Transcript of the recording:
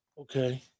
Okay